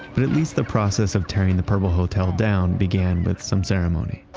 but at least the process of tearing the purple hotel down began with some ceremony.